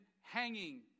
hanging